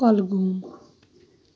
Kulgam